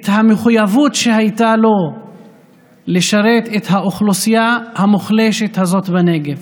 את המחויבות שהייתה לו לשרת את האוכלוסייה המוחלשת הזאת בנגב.